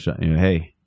hey